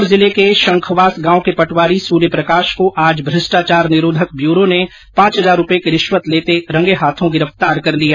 नागौर जिले के शंखवास गांव के पटवारी सूर्यप्रकाश को आज भ्रष्टाचार निरोधक ब्यूरो ने पांच हजार रूपए की रिश्वत लेते रंगे हाथों गिरफ्तार कर लिया